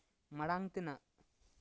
ᱢᱟᱲᱟᱝ ᱛᱮᱱᱟᱜ